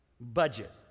Budget